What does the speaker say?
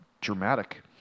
dramatic